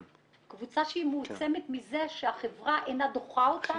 קבוצה שהיא מועצמת מזה שהחברה אינה דוחה אותה.